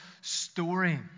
story